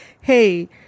hey